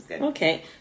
okay